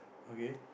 okay